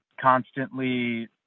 constantly